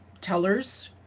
tellers